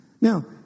Now